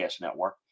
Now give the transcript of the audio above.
Network